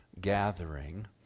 gathering